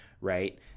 right